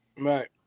Right